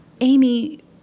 Amy